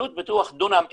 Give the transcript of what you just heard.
עלות פיתוח דונם אחד,